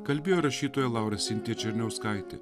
kalbėjo rašytoja laura sintija černiauskaitė